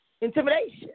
intimidation